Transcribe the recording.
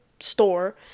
store